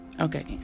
Okay